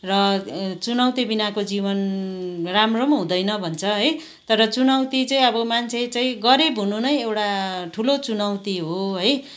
र चुनौती बिनाको जीवन राम्रो पनि हुँदैन भन्छ है तर चुनौती चाहिँ अब मान्छे चाहिँ गरिब हुनु नै एउटा ठुलो चुनौती हो है